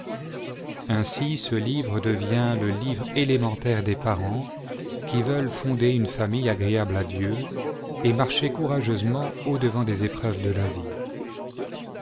ainsi ce livre devient le livre élémentaire des parents qui veuleni fonder une famille agréable à dieu et marcher courageusement au devant des épreuves de la vie